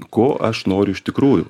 ko aš noriu iš tikrųjų